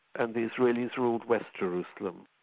and the israelis ruled west jerusalem,